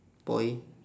boy